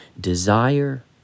Desire